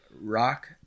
Rock